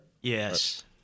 Yes